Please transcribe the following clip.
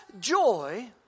joy